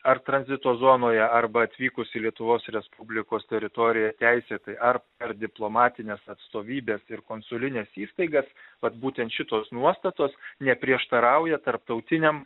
ar tranzito zonoje arba atvykus į lietuvos respublikos teritoriją teisėtai ar per diplomatines atstovybes ir konsulines įstaigas vat būtent šitos nuostatos neprieštarauja tarptautiniam